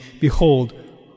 Behold